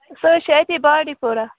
سُہ حظ چھِ أتی بانٛڈی پورَہ